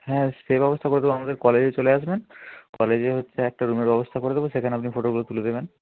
হ্যাঁ সেই ব্যবস্থা করে দেবো আমাদের কলেজে চলে আসবেন কলেজে হচ্ছে একটা রুমের ব্যবস্থা করে দেবো সেখানে আপনি ফটোগুলো তুলে দেবেন